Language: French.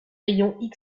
rayons